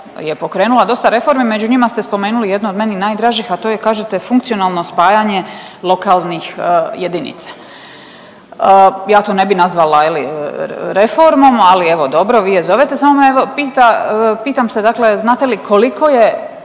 je pokrenula dosta reformi. Među njima ste spomenuli jednu od meni najdražih, a to je kažete funkcionalno spajanje lokalnih jedinica. Ja to ne bi nazvala je li reformom, ali evo dobro vi je zovete, samo me evo pitam, pitam se dakle znate li koliko je